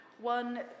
one